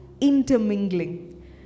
intermingling